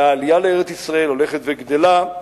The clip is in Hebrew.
והעלייה לארץ-ישראל הולכת וגדלה.